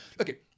Okay